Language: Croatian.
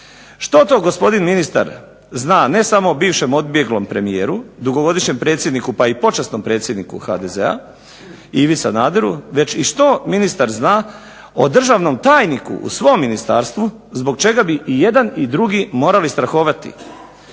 što to gospodin ministar zna ne samo o bivšem odbjeglom premijeru, dugogodišnjem predsjedniku, pa i počasnom predsjedniku HDZ-a Ivi Sanaderu, već i što ministar zna o državnom tajniku u svom ministarstvu zbog čega bi i jedan i drugi morali strahovati?